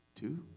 Two